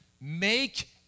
Make